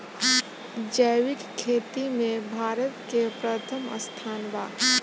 जैविक खेती में भारत के प्रथम स्थान बा